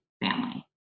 family